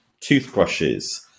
toothbrushes